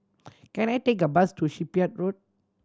can I take a bus to Shipyard Road